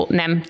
nem